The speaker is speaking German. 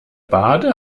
barde